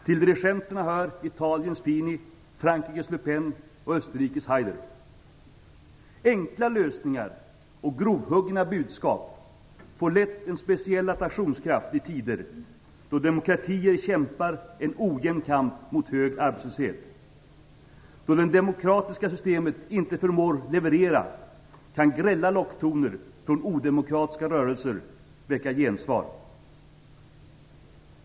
Till dirigenterna hör Enkla lösningar och grovhuggna budskap får lätt en speciell attraktionskraft i tider då demokratier kämpar en ojämn kamp mot hög arbetslöshet. Då det demokratiska systemet inte förmår leverera kan grälla locktoner från odemokratiska rörelser väcka gensvar.